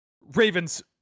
Ravens